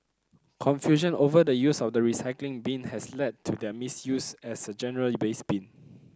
confusion over the use of the recycling bin has led to their misuse as a general waste bin